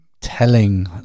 telling